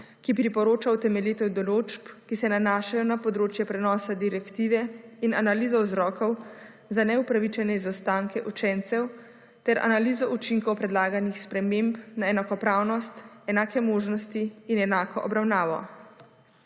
ki priporoča utemeljitev določb, ki se nanašajo na področje prenosa direktive in analizo vzrokov za neupravičene izostanke učencev ter analizo učinkov predlaganih sprememb na enakopravnost, enake možnosti in enako obravnavo.